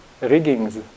Riggings